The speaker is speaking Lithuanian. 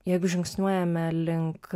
jeigu žingsniuojame link